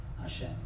Hashem